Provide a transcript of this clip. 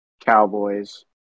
Cowboys